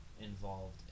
involved